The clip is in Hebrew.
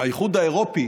האיחוד האירופי